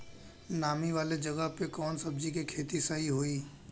नामी वाले जगह पे कवन सब्जी के खेती सही होई?